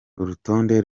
urutonde